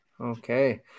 Okay